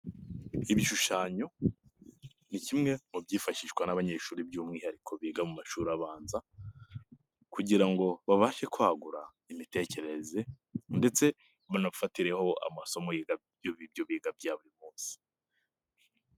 Ibishushanyo ni kimwe mu byifashishwa n'abanyeshuri by'umwihariko biga mu mashuri abanza kugira ngo babashe kwagura imitekerereze ndetse banafatireho amasomo y'ibyo biga bya buri munsi.